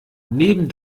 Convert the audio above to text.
neben